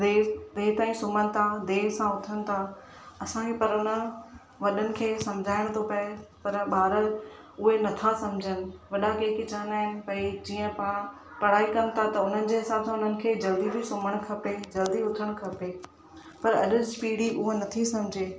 देर देर तांई सुम्हनि था देर सां उथनि था असांखे पर हुननि वॾनि खे समुझाइणो थो पवे पर ॿारु उहे न था समुझनि वॾा कंहिं कंहिं चवंदा आहिनि जीअं पाणि पढ़ाई कनि था त हुननि जे हिसाब सां जल्दी बि सुम्हणु खपे जल्दी उथणु खपे पर अॼु जी पीढ़ी उहा न थी समुझे